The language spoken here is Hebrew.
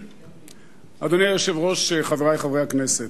אדוני היושב-ראש, חברי חברי הכנסת,